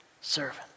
servant